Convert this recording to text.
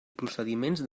procediments